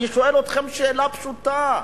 אני שואל אתכם שאלה פשוטה: